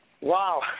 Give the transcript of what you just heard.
Wow